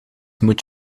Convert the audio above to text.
moet